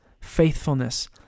faithfulness